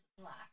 black